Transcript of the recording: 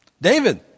David